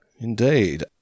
indeed